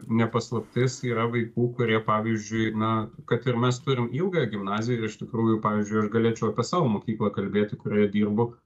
ne paslaptis yra vaikų kurie pavyzdžiui na kad ir mes turim ilgąją gimnaziją ir iš tikrųjų pavyzdžiui aš galėčiau apie savo mokyklą kalbėti kurioje dirbu